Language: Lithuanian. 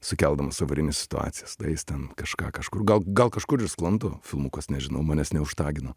sukeldamas avarines situacijas ten kažką kažkur gal gal kažkur ir sklando filmukas nežinau manęs neužtagino